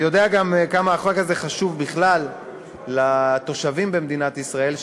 אני יודע גם כמה החג הזה חשוב בכלל לתושבים במדינת ישראל,